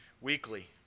weekly